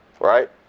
right